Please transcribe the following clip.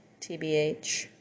TBH